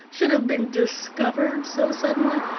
should have been discovered so suddenly?